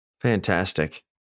Fantastic